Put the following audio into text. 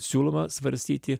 siūloma svarstyti